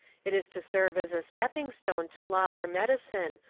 it is to serve as a stepping stone to law or medicine.